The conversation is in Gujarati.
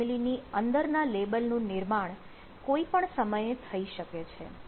કોલમ ફેમિલીની અંદરના લેબલ નું નિર્માણ કોઈપણ સમયે થઈ શકે છે